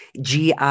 GI